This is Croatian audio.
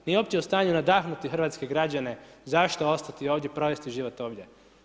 Nije uopće u stanju nadahnuti hrvatske građane zašto ostati ovdje, provesti život ovdje.